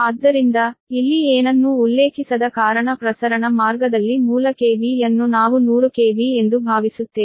ಆದ್ದರಿಂದ ಇಲ್ಲಿ ಏನನ್ನೂ ಉಲ್ಲೇಖಿಸದ ಕಾರಣ ಪ್ರಸರಣ ಮಾರ್ಗದಲ್ಲಿ ಮೂಲ KV ಯನ್ನು ನಾವು 100 KV ಎಂದು ಭಾವಿಸುತ್ತೇವೆ